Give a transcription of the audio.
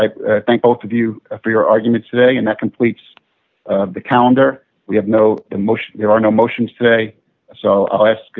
i thank both of you for your arguments today and that completes the calendar we have no emotion there are no motions today so i ask